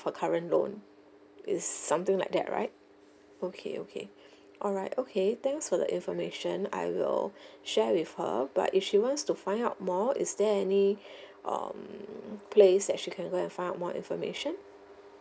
her current loan is something like that right okay okay alright okay thanks for the information I will share with her but if she wants to find out more is there any um place that she can go and find out more information